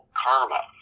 karma